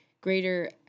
greater